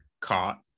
caught